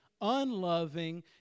unloving